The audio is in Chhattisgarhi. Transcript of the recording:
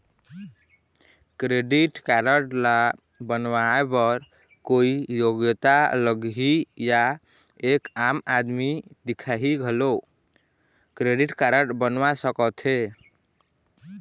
क्रेडिट कारड ला बनवाए बर कोई योग्यता लगही या एक आम दिखाही घलो क्रेडिट कारड बनवा सका थे?